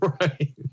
Right